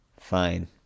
Fine